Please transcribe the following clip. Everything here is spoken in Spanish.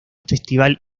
festival